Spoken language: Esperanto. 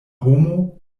homo